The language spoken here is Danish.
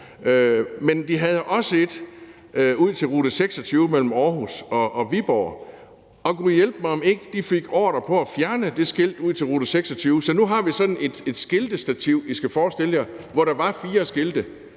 og de havde også et ud til rute 26 mellem Aarhus og Viborg, men gudhjælpemig om ikke de fik ordre til at fjerne det skilt ud til rute 26. Så nu skal I forstille jer et skiltestativ, hvor der var fire skilte,